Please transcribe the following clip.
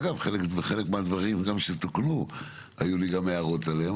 אגב, בחלק מהדברים שגם שתוקנו היו לי הערות עליהם.